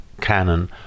canon